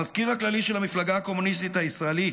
המזכיר הכללי של המפלגה הקומוניסטית הישראלית,